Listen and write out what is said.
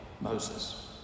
Moses